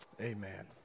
Amen